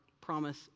promise